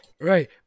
Right